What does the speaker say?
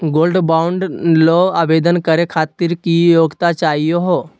Gold bond ल आवेदन करे खातीर की योग्यता चाहियो हो?